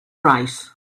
right